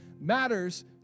matters